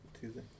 Tuesday